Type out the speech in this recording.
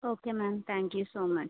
okay ma'am thank you so much